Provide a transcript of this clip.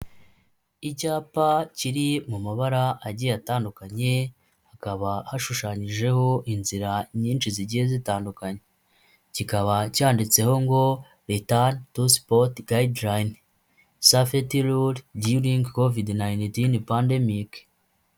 Icyapa kiri mu mabara agiye atandukanye, hakaba hashushanyijeho inzira nyinshi zigiye zitandukanye, kikaba cyanditseho ngo retani tu sipoti gayide rayine safeti rure duyuringi covide nayinetine pandemike.